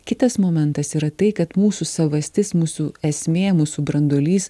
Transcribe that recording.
kitas momentas yra tai kad mūsų savastis mūsų esmė mūsų branduolys